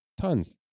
Tons